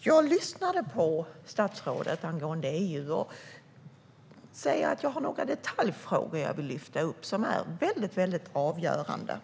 Jag lyssnade på statsrådet angående EU, och jag har några detaljfrågor som jag vill lyfta upp som är väldigt, väldigt avgörande.